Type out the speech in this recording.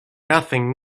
nothing